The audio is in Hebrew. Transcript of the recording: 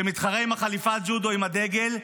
שמתחרה עם חליפת הג'ודו עם הדגל,